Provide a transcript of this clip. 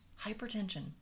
hypertension